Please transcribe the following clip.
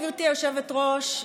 גברתי היושבת-ראש,